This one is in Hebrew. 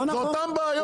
זה אותן בעיות.